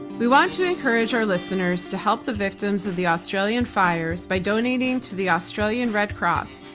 we want to encourage our listeners to help the victims of the australian fires by donating to the australian red cross,